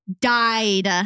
died